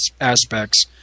aspects